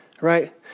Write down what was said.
right